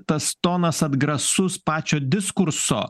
tas tonas atgrasus pačio diskurso